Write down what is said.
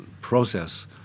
process